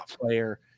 player